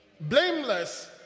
blameless